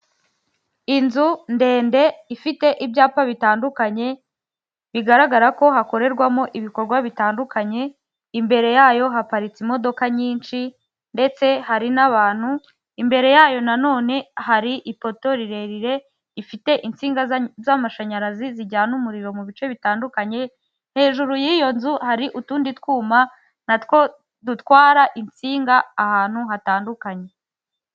Inzu ndende ifite ibyapa bitandukanye bigaragara ko hakorerwamo ibikorwa bitandukanye, imbere yayo haparitse imodoka nyinshi, ndetse hari n'abantu imbere yayo nanone hari ipoto rirerire, rifite insinga z'amashanyarazi zijyana umuriro mu bice bitandukanye, hejuru y'iyo nzu hari utundi twuma na two dutwara insinga ahantu hatandukanye.